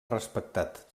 respectat